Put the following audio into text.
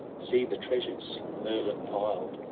see the treasures merlin piled.